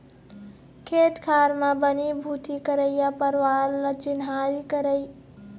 खेत खार म बनी भूथी करइया परवार ल चिन्हारी करई